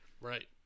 Right